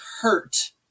hurt